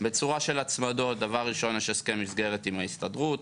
בצורה של הצמדות: יש הסכם מסגרת עם ההסתדרות.